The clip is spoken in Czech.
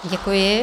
Děkuji.